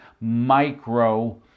micro